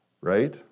right